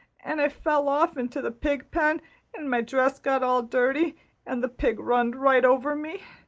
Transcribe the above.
and i fell off into the pigpen and my dress got all dirty and the pig runned right over me.